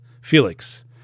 Felix